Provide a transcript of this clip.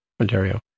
Ontario